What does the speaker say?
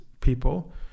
people